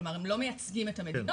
כלומר הם לא מייצגים את המדינות,